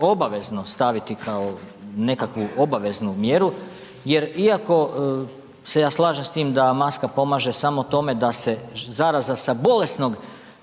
obavezno staviti kao nekakvu obaveznu mjeru jer iako se ja slažem s tim da maska pomaže samo tome da se zaraza sa bolesnog